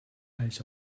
als